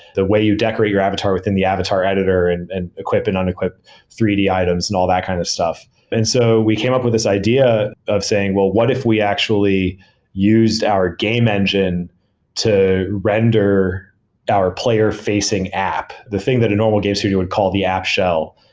the way you decorate your avatar within the avatar editor and and equip and un-equip three d items and all that kind of stuff and so we came up with this idea of saying, well, what if we actually used our game engine to render our player-facing app? the thing that a normal game studio would call the app shell.